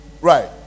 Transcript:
right